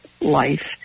life